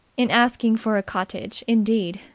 in asking for a cottage, indeed,